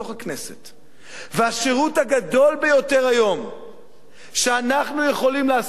והשירות הגדול ביותר היום שאנחנו יכולים לעשות כאן בכנסת,